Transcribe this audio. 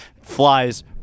flies